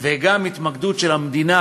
וגם התמקדות של המדינה